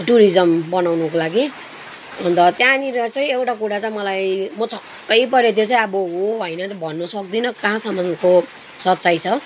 tourism बनाउनुको लागि अन्त त्यहाँनिर चाहिँ एउटा कुरा त मलाई म छक्कै परे त्यो चाहिँ अब हो होइन भन्नु सक्दैन कहाँसम्मको सच्चाइ छ